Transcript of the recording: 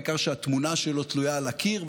העיקר שהתמונה שלו תלויה על הקיר,